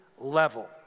level